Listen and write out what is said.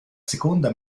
seconda